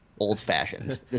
Old-fashioned